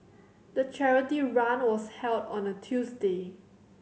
the charity run was held on a Tuesday